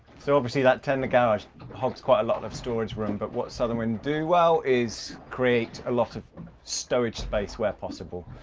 so obviously that tender garage helps, quite a lot of storage room, but what southern wind do well is create a lot of stowage space where possible,